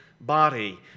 body